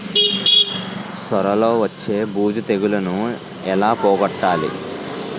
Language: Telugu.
సొర లో వచ్చే బూజు తెగులని ఏల పోగొట్టాలి?